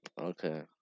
Okay